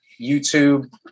YouTube